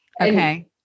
Okay